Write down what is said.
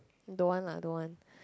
don't want lah don't want